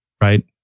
right